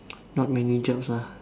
not many jobs lah